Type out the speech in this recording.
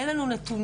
אין לנו נתונים,